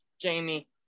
Jamie